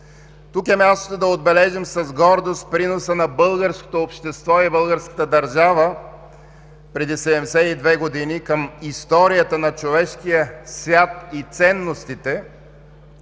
Тук е мястото да отбележим с гордост приноса на българското общество и българската държава преди 72 години към историята на човешкия свят и ценностите